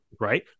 right